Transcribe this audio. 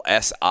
SI